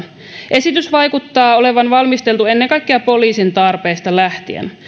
esitys vaikuttaa olevan valmisteltu ennen kaikkea poliisin tarpeesta lähtien